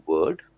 Word